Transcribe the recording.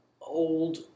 old